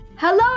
Hello